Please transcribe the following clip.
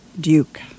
duke